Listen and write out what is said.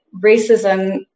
racism